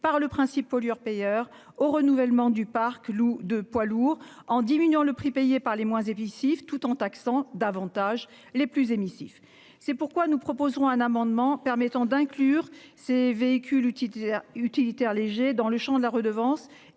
par le principe pollueur-payeur. Au renouvellement du parc de poids lourds en diminuant le prix payé par les moins. Tout en taxant davantage les plus émissifs. C'est pourquoi nous proposerons un amendement permettant d'inclure ces véhicules utilitaires utilitaires légers dans le Champ de la redevance